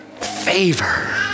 favor